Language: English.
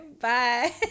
bye